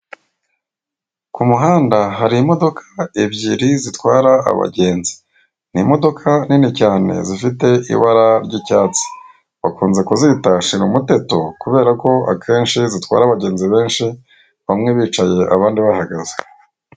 Ku muhanda hari imodoka ebyiri zitwara abagenzi. Ni imodoka nini cyane zifite ibara ry'icyatsi. Bakunze kuzita shira umuteto kubera ko akenshi zitwara abagenzi benshi, bamwe bicaye abandi bahagaze.